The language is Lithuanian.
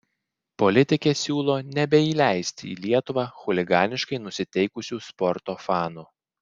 politikė siūlo nebeįleisti į lietuvą chuliganiškai nusiteikusių sporto fanų